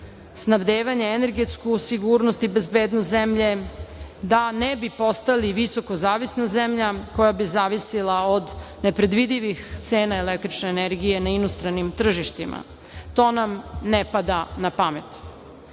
snabdevanja, energetsku sigurnost i bezbednost zemlje, da ne bi postali visoko zavisna zemlja, koja bi zavisila od nepredvidivih cena električne energije na inostranim tržištima. To nam ne pada na pamet. Kroz